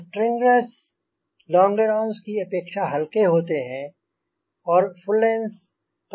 stringers longerons की अपेक्षा हलके होते हैं और फुलेन्स का काम करते हैं